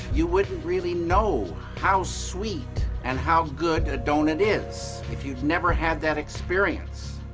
you wouldn't really know how sweet and how good a doughnut is if you've never had that experience.